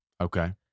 Okay